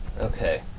Okay